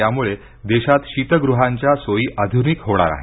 यामुळे देशात शीतगृहांच्या सोयी आधुनिक होणार आहेत